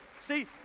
See